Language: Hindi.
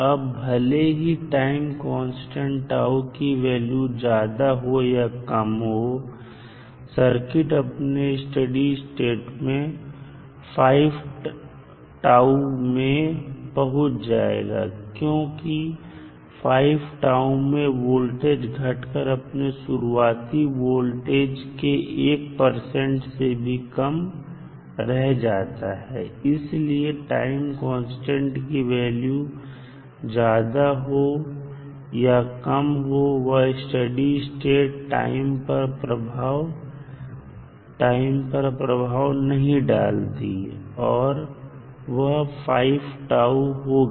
अब भले ही टाइम कांस्टेंट τ की वैल्यू ज्यादा हो या कम हो सर्किट अपने स्टडी स्टेट में 5τ में पहुंच जाएगा क्योंकि 5τ में वोल्टेज घटकर अपने शुरुआती वोल्टेज के एक परसेंट से भी कम रह जाता है इसलिए टाइम कांस्टेंट की वैल्यू ज्यादा हो या कम हो वह स्टडी स्टेट टाइम पर प्रभाव नहीं डालती और वह 5τ होगी